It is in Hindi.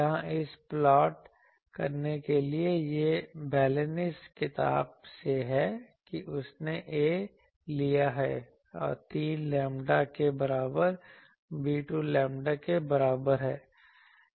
यहाँ इसे प्लॉट करने के लिए यह Balanis किताब से है कि उसने " a " लिया है 3 लैम्ब्डा के बराबर b 2 लैम्ब्डा के बराबर है